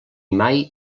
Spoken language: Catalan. mai